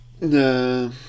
no